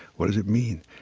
what does it mean?